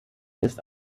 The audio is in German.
ist